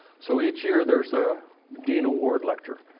so each year, there's a dean award lecture,